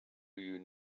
you